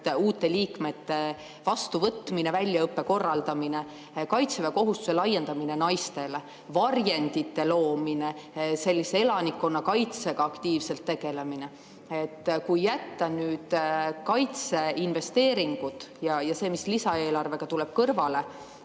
uute liikmete vastuvõtmine, väljaõppe korraldamine, kaitseväekohustuse laiendamine naistele, varjendite loomine või elanikkonnakaitsega aktiivselt tegelemine. Kui jätta kaitseinvesteeringud ja see, mis lisaeelarvega tuleb, kõrvale,